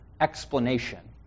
explanation